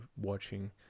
watching